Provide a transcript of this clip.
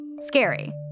Scary